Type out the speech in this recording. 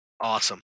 Awesome